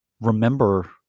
remember